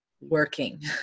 working